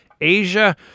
Asia